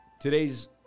Today's